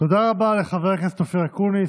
תודה רבה לחבר הכנסת אופיר אקוניס.